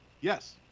yes